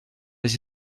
les